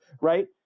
right